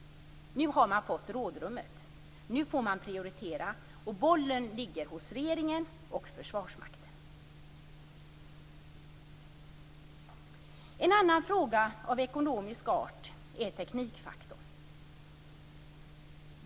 Nu har man fått rådrummet. Nu får man prioritera. Bollen ligger hos regeringen och Försvarsmakten. En annan fråga av ekonomisk art är frågan om teknikfaktorn.